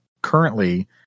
Currently